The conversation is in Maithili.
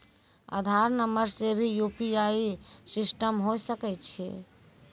आधार नंबर से भी यु.पी.आई सिस्टम होय सकैय छै?